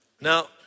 now